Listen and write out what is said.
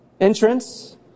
entrance